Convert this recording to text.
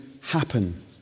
happen